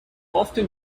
often